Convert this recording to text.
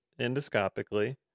endoscopically